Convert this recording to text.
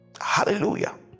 hallelujah